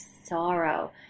sorrow